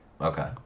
Okay